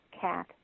Cat